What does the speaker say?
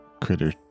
critter